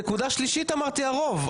בנקודה שלישית אמרתי הרוב.